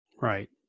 Right